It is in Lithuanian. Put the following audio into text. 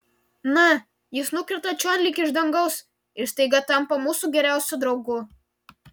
na jis nukrenta čion lyg iš dangaus ir staiga tampa mūsų geriausiu draugu